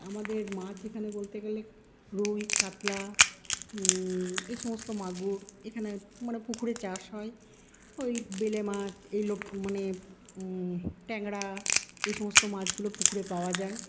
আমাদের মাছ এখানে বলতে গেলে রুই কাতলা এইসমস্ত মাগুর এখানে মানে পুকুরে চাষ হয় ওই বেলে মাছ এলো মানে ট্যাংরা এইসমস্ত মাছগুলো পুকুরে পাওয়া যায়